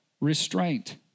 restraint